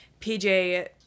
PJ